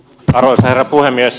arvoisa herra puhemies